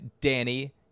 Danny